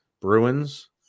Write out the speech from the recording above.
Bruins